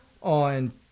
on